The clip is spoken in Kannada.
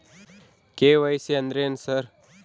ಕೆ.ವೈ.ಸಿ ಅಂದ್ರೇನು ಸರ್?